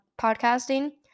podcasting